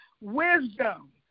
wisdom